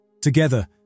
Together